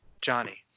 Johnny